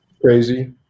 crazy